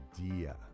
idea